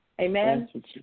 Amen